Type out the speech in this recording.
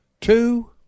two